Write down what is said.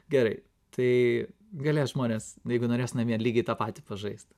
gerai tai galės žmonės jeigu norės namie lygiai tą patį pažaist